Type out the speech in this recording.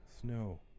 snow